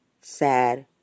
sad